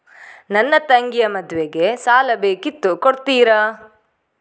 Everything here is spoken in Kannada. ನನ್ನ ತಂಗಿಯ ಮದ್ವೆಗೆ ಸಾಲ ಬೇಕಿತ್ತು ಕೊಡ್ತೀರಾ?